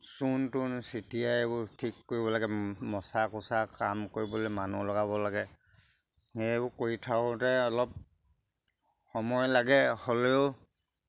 চূণ তূণ চটিয়াই এইবোৰ ঠিক কৰিব লাগে মচা কোচা কাম কৰিবলৈ মানুহ লগাব লাগে সেইবোৰ কৰি থাকোঁতে অলপ সময় লাগে হ'লেও